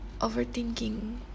overthinking